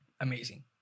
Amazing